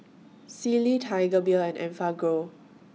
Sealy Tiger Beer and Enfagrow